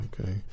Okay